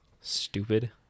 stupid